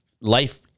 life